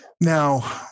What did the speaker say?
Now